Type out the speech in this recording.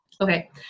Okay